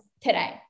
today